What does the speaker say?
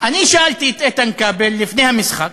אני שאלתי את איתן כבל לפני המשחק,